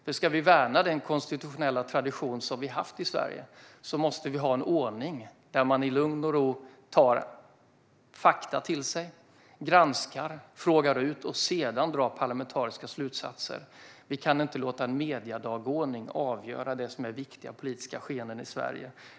Om vi ska värna den konstitutionella tradition vi har haft i Sverige måste det finnas en ordning där vi i lugn och ro tar fakta till oss, granskar, frågar ut och sedan drar parlamentariska slutsatser. Vi kan inte låta en mediedagordning avgöra vad som är viktiga politiska skeenden i Sverige.